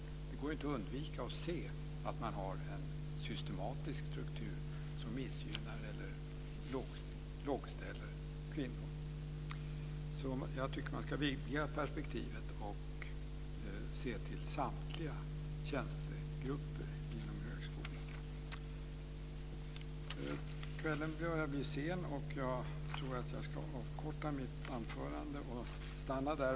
Det går inte att undvika att se att man har en systematisk struktur som missgynnar eller lågställer kvinnor. Man ska vidga perspektivet och se till samtliga tjänstegrupper inom högskolan. Kvällen börjar bli sen. Jag tror att jag ska avkorta mitt anförande. Jag stannar där.